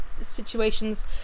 situations